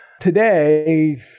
Today